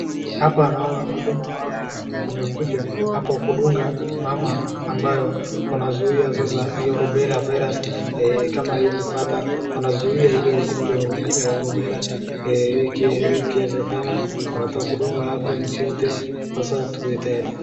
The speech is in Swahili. Hapa naona uhuduma wa afya umekuja hapa kudunga mama ambayo wanaziua sasa hiyo rubela virus kama haezi pata. Wanazuia hiyo ugonjwa wa rubela. Ikiwezekana wanataka kudunga hapa nchi yote sasa tuwe tayari.